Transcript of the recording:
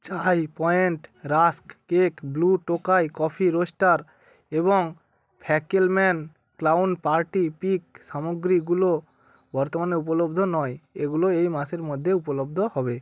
চায় Point rusk cake blue Tokai coffee roaster এবং Fackelmann clown party pick সামগ্রীগুলো বর্তমানে উপলব্ধ নয় এগুলো এই মাসের মধ্যে উপলব্ধ হবে